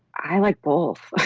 i like both.